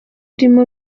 urimo